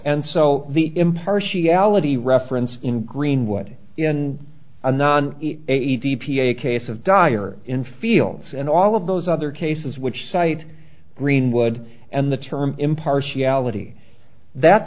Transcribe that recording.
and so the impartiality reference in greenwood in a non a t p a case of dire infields and all of those other cases which cite greenwood and the term impartiality that